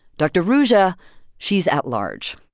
dr. ruja she's at large.